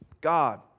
God